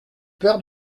peur